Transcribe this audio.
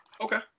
Okay